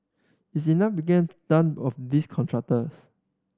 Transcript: is enough begin done of these contractors